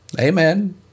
Amen